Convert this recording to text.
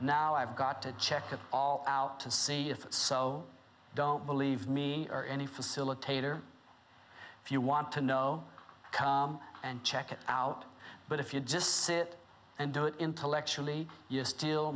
now i've got to check it all out to see if so don't believe me or any facilitator if you want to know com and check it out but if you just sit and do it intellectually you're still